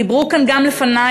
דיברו כאן גם לפני,